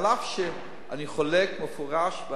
אף שאני חולק במפורש,